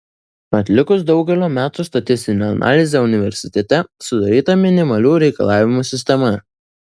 atlikus daugelio metų statistinę analizę universitete sudaryta minimalių reikalavimų sistema